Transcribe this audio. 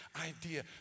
idea